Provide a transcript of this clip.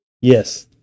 Yes